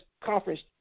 conference